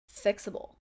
fixable